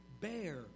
bear